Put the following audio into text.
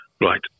Right